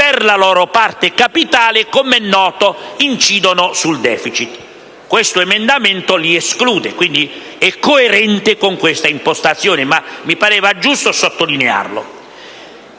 per la loro parte capitale, incide sul *deficit;* questo emendamento li esclude: quindi, è coerente con questa impostazione, ma mi pareva giusto sottolinearlo.